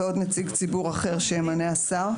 ועוד נציג ציבור אחר שימנה השר,